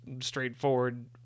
straightforward